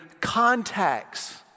contacts